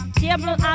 table